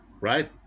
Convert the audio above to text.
Right